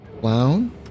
Clown